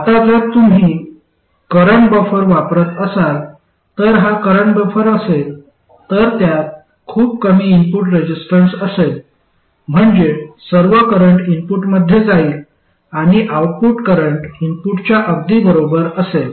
आता जर तुम्ही करंट बफर वापरत असाल तर हा करंट बफर असेल तर त्यात खूप कमी इनपुट रेझिस्टन्स असेल म्हणजे सर्व करंट इनपुटमध्ये जाईल आणि आउटपुट करंट इनपुटच्या अगदी बरोबर असेल